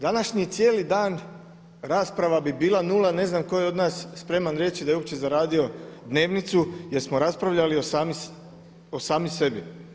Današnji cijeli dan rasprava bi bila nula jer ne znam tko je od nas spreman reći da je uopće zaradio dnevnicu jer smo raspravljali o sami sebi.